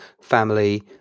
family